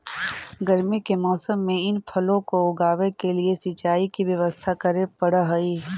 गर्मी के मौसम में इन फलों को उगाने के लिए सिंचाई की व्यवस्था करे पड़अ हई